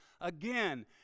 Again